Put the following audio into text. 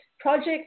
Project